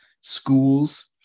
schools